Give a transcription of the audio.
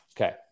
okay